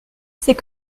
c’est